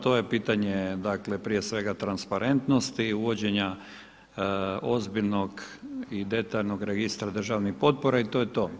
To je pitanje, dakle prije svega transparentnosti, uvođenja ozbiljnog i detaljnog registra državnih potpora i to je to.